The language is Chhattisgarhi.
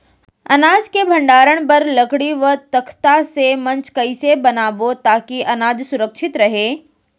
अनाज के भण्डारण बर लकड़ी व तख्ता से मंच कैसे बनाबो ताकि अनाज सुरक्षित रहे?